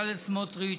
בצלאל סמוטריץ,